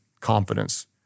confidence